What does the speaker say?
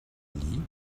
allí